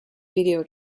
video